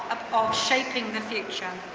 of shaping the future.